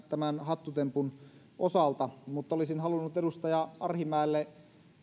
tämän hattutempun osalta mutta olisin halunnut edustaja arhinmäelle